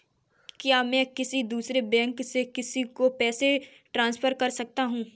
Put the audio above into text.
क्या मैं किसी दूसरे बैंक से किसी को पैसे ट्रांसफर कर सकता हूँ?